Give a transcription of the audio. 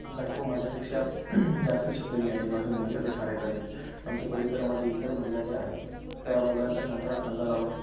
माझी बायको माझ्यापेक्षा जास्त शिकलेली आहे माझ्या मुली आता शाळेत आहेत आमच्या परिसरामध्ये इतर महिला ज्या आहेत त्या मुलांच्या खांद्याला खांदा लावून